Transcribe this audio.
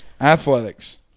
Athletics